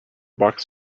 box